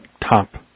top